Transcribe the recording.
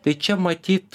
tai čia matyt